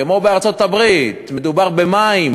כמו בארצות-הברית מדובר במים,